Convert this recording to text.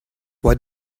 what